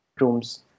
Rooms